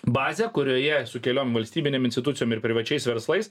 bazę kurioje su keliom valstybinėm institucijom ir privačiais verslais